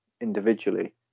individually